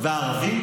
והערבים?